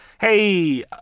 hey